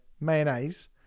Mayonnaise